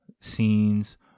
scenes